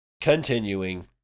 Continuing